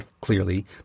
clearly